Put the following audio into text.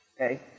okay